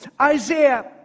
Isaiah